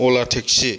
अला टेक्सि